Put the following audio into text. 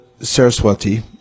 Saraswati